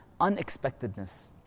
unexpectedness